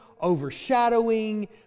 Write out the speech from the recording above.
overshadowing